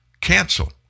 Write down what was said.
cancel